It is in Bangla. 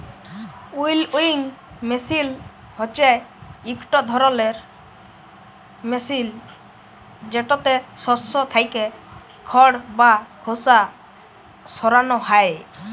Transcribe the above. উইলউইং মেসিল হছে ইকট ধরলের মেসিল যেটতে শস্য থ্যাকে খড় বা খোসা সরানো হ্যয়